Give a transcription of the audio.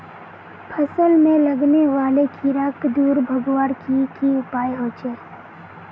फसल में लगने वाले कीड़ा क दूर भगवार की की उपाय होचे?